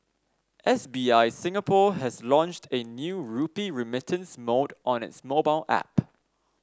S B I Singapore has launched a new rupee remittance mode on its mobile app